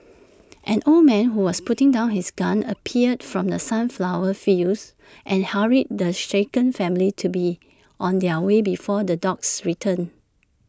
an old man who was putting down his gun appeared from the sunflower fields and hurried the shaken family to be on their way before the dogs return